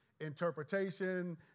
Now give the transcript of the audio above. interpretation